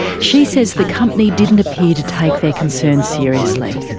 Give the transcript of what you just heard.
she says the company didn't appear to take their concerns seriously.